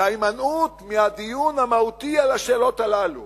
וההימנעות מהדיון המהותי על השאלות האלה